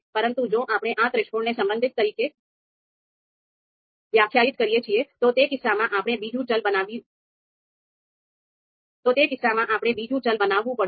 પરંતુ જો આપણે આ થ્રેશોલ્ડને સંબંધિત તરીકે વ્યાખ્યાયિત કરીએ છીએ તો તે કિસ્સામાં આપણે બીજું ચલ બનાવવું પડશે